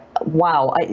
Wow